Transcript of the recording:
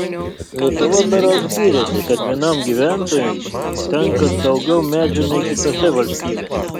lietuva berods gyrėsi kad vienam gyventojui tenka daugiau medžių nei kitose valstybėse